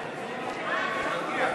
כהצעת הוועדה,